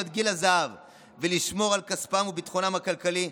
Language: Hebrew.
גיל הזהב ולשמור על כספן וביטחונן הכלכלי,